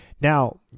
Now